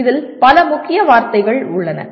எனவே இதில் பல முக்கிய வார்த்தைகள் உள்ளன